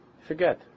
forget